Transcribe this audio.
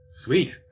Sweet